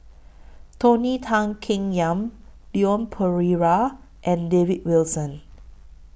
Tony Tan Keng Yam Leon Perera and David Wilson